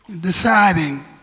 deciding